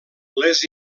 les